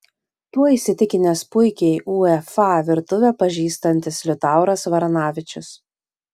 tuo įsitikinęs puikiai uefa virtuvę pažįstantis liutauras varanavičius